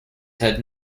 had